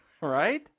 Right